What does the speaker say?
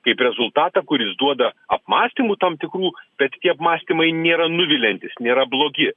kaip rezultatą kuris duoda apmąstymų tam tikrų bet tie apmąstymai nėra nuviliantys nėra blogi